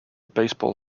baseball